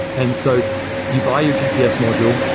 and so you buy your gps module,